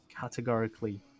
categorically